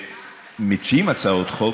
וכשמציעים הצעות חוק,